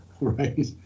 right